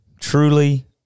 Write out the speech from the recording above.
truly